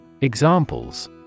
Examples